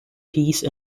peace